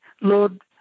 Lord